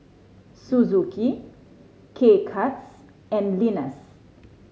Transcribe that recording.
Suzuki K Cuts and Lenas